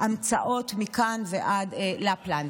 המצאות מכאן ועד לפלנד.